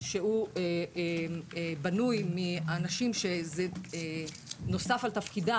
שבנוי מאנשים שזה נוסף על תפקידם.